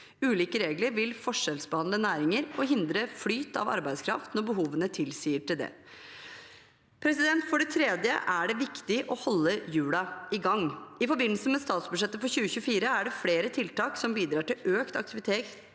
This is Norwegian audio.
Ulike regler vil forskjellsbehandle næringer og hindre flyt av arbeidskraft når behovene tilsier det. For det tredje: Det er viktig å holde hjulene i gang. I forbindelse med statsbudsjettet for 2024 er det flere tiltak som bidrar til økt aktivitet